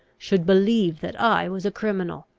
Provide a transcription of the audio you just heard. should believe that i was a criminal.